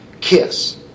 kiss